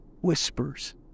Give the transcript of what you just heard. whispers